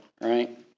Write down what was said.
right